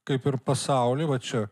kaip ir pasaulį va čia